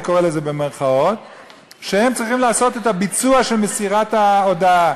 והם צריכים למסור את ההודעה.